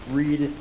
read